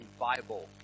Bible